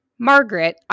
Margaret